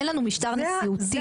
אין לנו משטר נשיאותי,